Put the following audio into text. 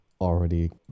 already